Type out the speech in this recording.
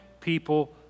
people